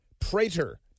Prater